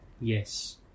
Yes